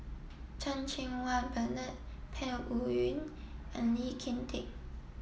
Chan Cheng Wah Bernard Peng Yuyun and Lee Kin Tat